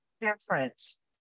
difference